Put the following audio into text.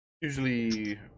usually